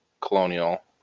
colonial